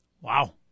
Wow